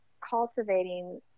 cultivating